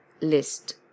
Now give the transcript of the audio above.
list